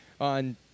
on